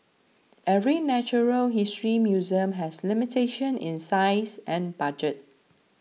every natural history museum has limitation in size and budget